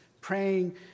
praying